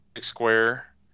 Square